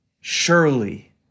surely